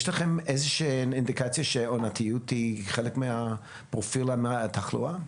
יש לכם אינדיקציות שעונתיות היא חלק מפרופיל התחלואה?